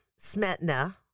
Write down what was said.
Smetna